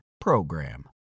PROGRAM